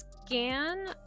scan